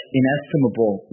inestimable